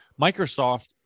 Microsoft